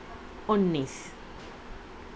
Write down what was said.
انیس